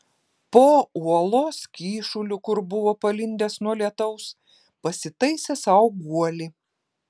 po uolos kyšuliu kur buvo palindęs nuo lietaus pasitaisė sau guolį